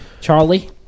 Charlie